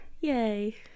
yay